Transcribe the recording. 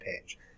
page